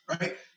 right